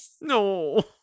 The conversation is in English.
No